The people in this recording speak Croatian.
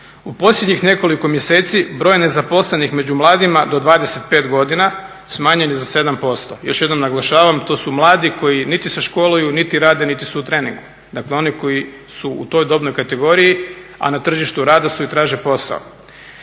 U posljednjih nekoliko mjeseci broj nezaposlenih među mladima do 25 godina smanjen je za 7%. Još jednom naglašavam to su mladi koji niti se školuju, niti rade, niti su u treningu. Dakle, oni koji su u toj dobnoj kategoriji a na tržištu rada su i traže posao.